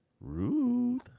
Ruth